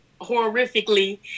horrifically